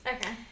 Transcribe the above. Okay